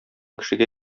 кешегә